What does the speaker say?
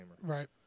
Right